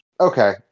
Okay